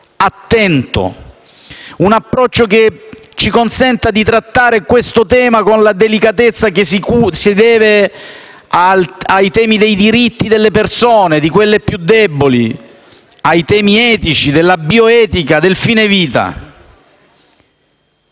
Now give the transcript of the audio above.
attento, che ci consenta di trattare l'argomento con la delicatezza che si deve al tema dei diritti delle persone, dai più deboli, ai temi etici, della bioetica e del fine vita.